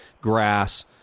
grass